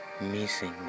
missing